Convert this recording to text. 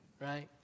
Right